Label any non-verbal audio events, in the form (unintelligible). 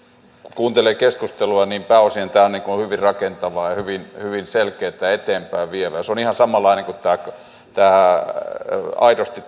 kuuntelee keskustelua niin pääosin tämä on hyvin rakentavaa ja hyvin selkeätä ja eteenpäinvievää se on ihan samanlainen kuin aidosti (unintelligible)